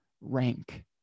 rank